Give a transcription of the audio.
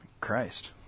Christ